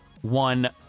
one